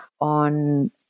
on